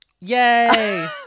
Yay